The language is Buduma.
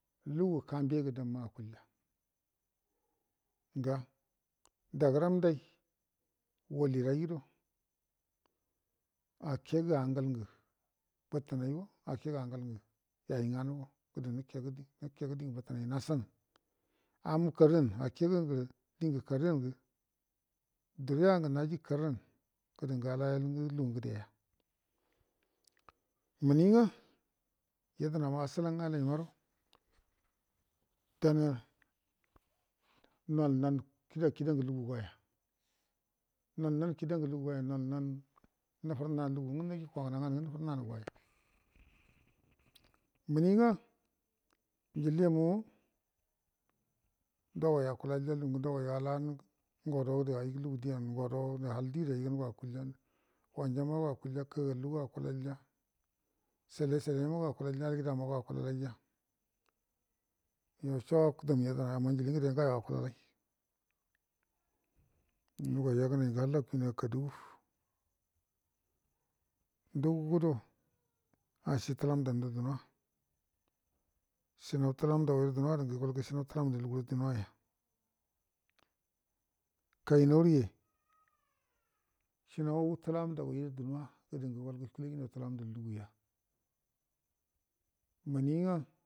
Lugukambegu damma akuljaga dəram dai ulirai gudo akegə angal butunai yainganu akegə dingu bətunai nasanu amkarrangu juriyangu alayalgu lugungudeya muningu yednama asulan alaimaro danma nol nan kidangulungu de goya nol nan kidanu kuguna naganu nufur nna lugu goya munigu njiliyamuma dogoi akulalya lugu dogoiga al angudo haldigudu aigango akulje wanjamma go ajulja kagallugo akulja sile silema algidamago akulja yoso damunau yedna akulja amma njili ngude akul dugai yegnaingunai halla kuinawa kadugu ndu a gudo asi tala mdan gudu sinautalam dogoiru dunuwa gudu kainaure sinautalane dagoi dunuwa munigu gədə ngə gəlau kile ginau talamdu luguya munigə